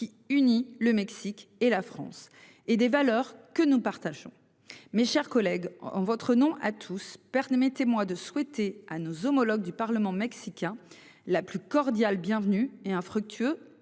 qui unit le Mexique et la France et des valeurs que nous partageons. Mes chers collègues, en votre nom à tous, permettez-moi de souhaiter à nos homologues du Parlement mexicain la plus cordiale bienvenue et infructueux